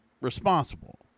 responsible